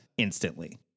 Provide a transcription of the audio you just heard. Instantly